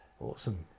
Awesome